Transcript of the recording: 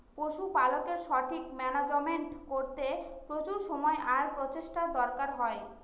পশুপালকের সঠিক মান্যাজমেন্ট করতে প্রচুর সময় আর প্রচেষ্টার দরকার হয়